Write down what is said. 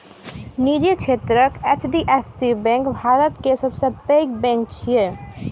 निजी क्षेत्रक HDFC bank भारतक सबसं पैघ बैंक छियै